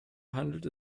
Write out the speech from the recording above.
handelt